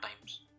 times